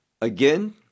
again